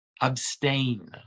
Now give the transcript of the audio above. abstain